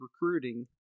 recruiting